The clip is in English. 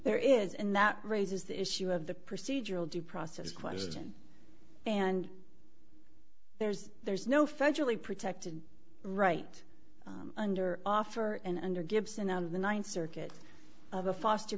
there is and that raises the issue of the procedural due process question and there's there's no federally protected right under offer and under gibson out of the ninth circuit of a foster